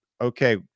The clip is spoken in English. okay